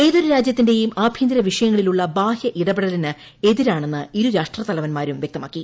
ഏതൊരു രാജ്യത്തിന്റെയും ആഭ്യന്തര വിഷയങ്ങളിലുള്ള ബാഹ്യ ഇടപെടലിന് എതിരാണെന്ന് ഇരുരാഷ്ട്ര തലവൻമാരും വ്യക്തമാക്കി